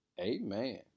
amen